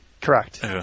Correct